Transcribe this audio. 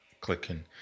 clicking